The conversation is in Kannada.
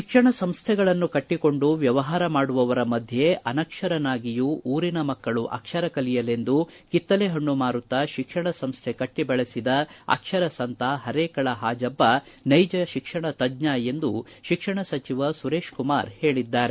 ಶಿಕ್ಷಣ ಸಂಸ್ಥೆಗಳನ್ನು ಕಟ್ಟಕೊಂಡು ವ್ಯವಹಾರ ಮಾಡುವವರ ಮಧ್ದೆ ಅನಕ್ಷರನಾಗಿಯೂ ಊರಿನ ಮಕ್ಕಳು ಅಕ್ಷರ ಕಲಿಯಲೆಂದು ಕಿತ್ತಲೆ ಮಾರುತ್ತಾ ಶಿಕ್ಷಣ ಸಂಸ್ಥೆ ಕಟ್ಟಿಬೆಳೆಸಿದ ಅಕ್ಷರ ಸಂತ ಹರೇಕಳ ಹಾಜಬ್ಬ ನೈಜ ಶಿಕ್ಷಣ ತಜ್ಜ ಎಂದು ಶಿಕ್ಷಣ ಸಚಿವ ಸುರೇತ್ ಕುಮಾರ್ ಹೇಳಿದ್ದಾರೆ